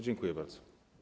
Dziękuję bardzo.